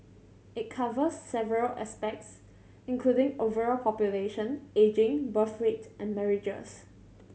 it covers several aspects including overall population ageing birth rate and marriages